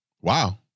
Wow